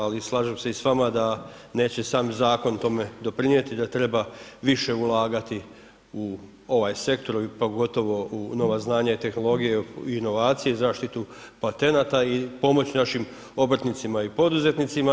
Ali, slažem se i s vama da neće sam zakon tome doprinijeti, da treba više ulagati u ovaj sektor, pogotovo u nova znanja, tehnologije, inovacije i zaštitu patenata i pomoć našim obrtnicima i poduzetnicima.